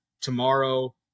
tomorrow